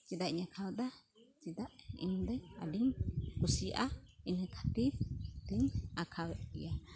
ᱪᱮᱫᱟᱜ ᱤᱧ ᱟᱸᱠᱷᱟᱣ ᱮᱫᱟ ᱪᱮᱫᱟᱜ ᱤᱧᱫᱩᱧ ᱟᱹᱰᱤᱧ ᱠᱩᱥᱤᱭᱟᱜᱼᱟ ᱤᱱᱟᱹ ᱠᱷᱟᱹᱛᱤᱨ ᱤᱧᱫᱩᱧ ᱟᱸᱠᱷᱟᱣᱮᱫ ᱜᱮᱭᱟ